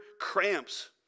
cramps